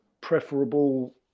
preferable